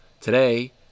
today